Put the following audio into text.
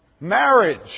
marriage